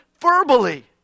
verbally